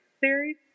series